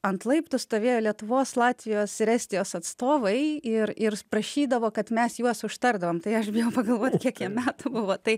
ant laiptų stovėjo lietuvos latvijos ir estijos atstovai ir ir prašydavo kad mes juos užtardavom tai aš bijau pagalvot kiek jam metų buvo tai